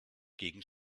gegen